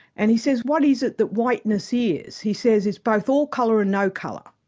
and he says what is it that whiteness is? he says it's both all colour and no colour,